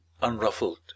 unruffled